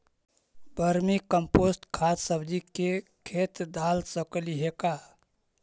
Vermi compost खाद सब्जी के खेत दाल सकली हे का?